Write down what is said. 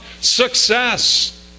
success